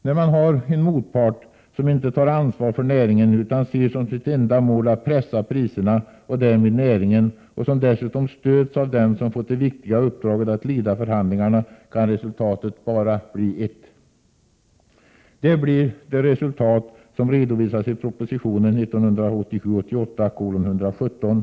När man har en motpart som inte tar ansvar för näringen utan ser som sitt enda mål att pressa priserna och därmed näringen och som dessutom stöds av dem som fått det viktiga uppdraget att leda förhandlingarna, kan resultatet bara bli ett. Det blir det resultat som redovisas i proposition 1987/88:117.